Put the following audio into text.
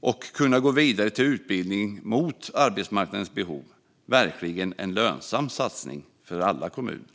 och kunna gå vidare till utbildning som passar arbetsmarknadens behov på lite längre sikt verkligen är en lönsam satsning för alla kommuner.